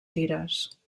tires